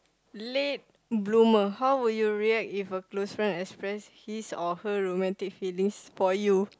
late bloomer how would you react if your close friend express his or her romantic feelings for you